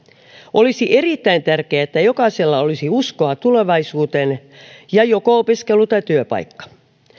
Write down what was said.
olisi erittäin tärkeää että jokaisella olisi uskoa tulevaisuuteen ja joko opiskelu tai työpaikka